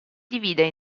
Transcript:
divide